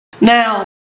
Now